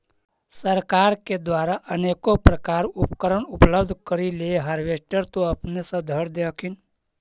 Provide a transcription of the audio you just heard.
सरकार के द्वारा अनेको प्रकार उपकरण उपलब्ध करिले हारबेसटर तो अपने सब धरदे हखिन?